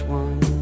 one